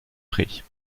prés